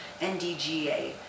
NDGA